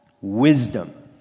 wisdom